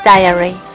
Diary